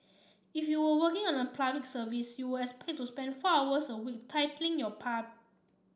if you were working in a service you were expected to spend four hours a week tilling your